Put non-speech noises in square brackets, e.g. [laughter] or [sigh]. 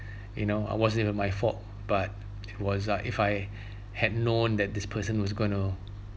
[breath] you know I wasn't even my fault but was uh if I [breath] had known that this person was going to